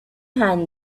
hand